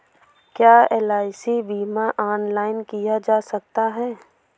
क्या एल.आई.सी बीमा ऑनलाइन किया जा सकता है?